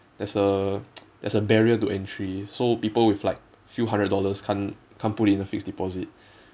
there's a there's a barrier to entry so people with like a few hundred dollars can't can't put it in a fixed deposit